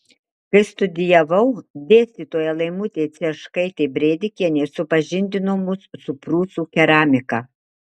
kai studijavau dėstytoja laimutė cieškaitė brėdikienė supažindino mus su prūsų keramika